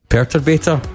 Perturbator